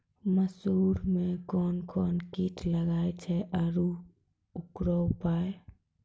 मसूर मे कोन कोन कीट लागेय छैय आरु उकरो उपाय?